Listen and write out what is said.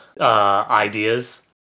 ideas